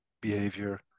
behavior